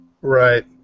Right